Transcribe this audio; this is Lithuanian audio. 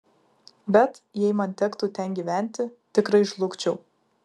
bet jei man tektų ten gyventi tikrai žlugčiau